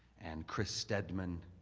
and chris stedman,